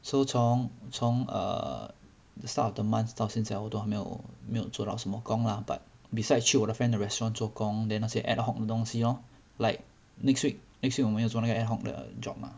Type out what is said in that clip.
so 从从 err the start of the month 到现在我都还没有没有做到什么工 lah but besides 去我的 friend 的 restaurant 做工 then 那些 adhoc 的东西 lor like next week next week 我们要做那个 adhoc 的 job mah